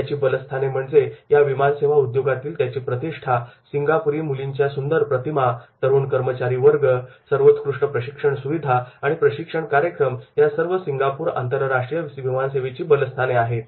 याची बलस्थाने म्हणजे या विमानसेवा उद्योगातील त्याची प्रतिष्ठा सिंगापुरी मुलींच्या प्रतिमा तरुण कर्मचारीवर्ग सर्वोत्कृष्ट प्रशिक्षण सुविधा आणि प्रशिक्षण कार्यक्रम या सर्व सिंगापूर आंतरराष्ट्रीय विमानसेवेची बलस्थाने आहेत